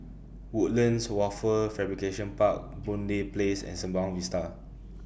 Woodlands Wafer Fabrication Park Boon Lay Place and Sembawang Vista